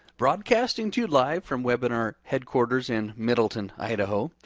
broadcasting to you live from webinar headquarters in middleton, idaho.